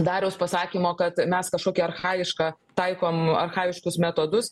dariaus pasakymo kad mes kažkokia archajiška taikom archajiškus metodus